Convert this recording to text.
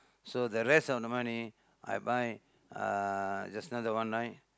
so the rest of the money I buy uh just now the one right